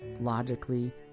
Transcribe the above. logically